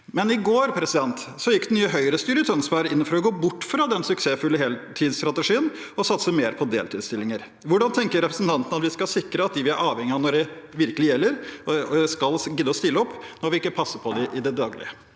men i går gikk det nye Høyre-styret i Tønsberg inn for å gå bort fra den suksessfulle heltidsstrategien for å satse mer på deltidsstillinger. Hvordan tenker representanten at vi skal sikre at dem vi er avhengig av når det virkelig gjelder, skal gidde å stille opp, når vi ikke passer på dem i det daglige?